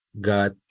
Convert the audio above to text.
got